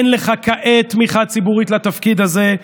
אין לך כעת תמיכה ציבורית לתפקיד הזה,